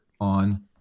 on